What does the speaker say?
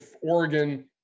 Oregon